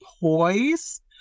poise